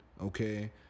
okay